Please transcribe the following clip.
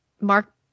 Mark